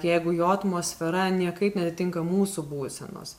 jeigu jo atmosfera niekaip neatitinka mūsų būsenos